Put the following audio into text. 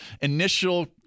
initial